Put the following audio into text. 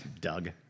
Doug